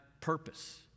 purpose